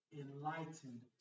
enlightened